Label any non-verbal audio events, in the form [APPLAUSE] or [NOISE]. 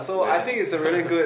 we're done [LAUGHS]